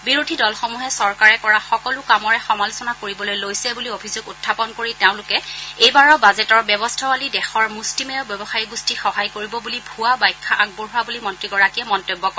বিৰোধী দলসমূহে চৰকাৰে কৰা সকলো কামৰে সমালোচনা কৰিবলৈ লৈছে বুলি অভিযোগ উখাপন কৰি তেওঁলোকে এইবাৰৰ বাজেটৰ ব্যৱস্থাৱলী দেশৰ মুস্তিমেয় ব্যৱসায়ী গোষ্ঠীক সহায় কৰিব বুলি ভূৱা ব্যাখ্যা আগবঢ়োৱা বুলি মন্ত্ৰীগৰাকীয়ে মন্তব্য কৰে